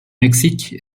mexique